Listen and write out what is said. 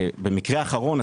במקרה האחרון,